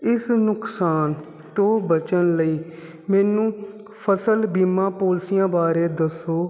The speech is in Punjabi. ਇਸ ਨੁਕਸਾਨ ਤੋਂ ਬਚਣ ਲਈ ਮੈਨੂੰ ਫਸਲ ਬੀਮਾ ਪੋਲਸੀਆਂ ਬਾਰੇ ਦੱਸੋ